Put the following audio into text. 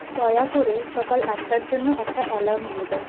দয়া করে সকাল আটটার জন্য একটা অ্যালার্ম দিয়ে দাও